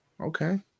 Okay